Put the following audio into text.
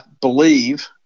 believe